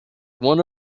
one